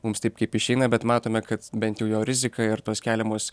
mums taip kaip išeina bet matome kad bent jau jo rizika ir tos keliamos